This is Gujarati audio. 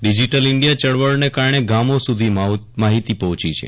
ડીજીટલ ઇન્ડિયા ચળવળના કારણે ગામો સુધી માહીતી પહોંચી છે